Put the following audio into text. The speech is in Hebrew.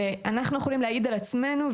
אנחנו יכולים להעיד על עצמנו,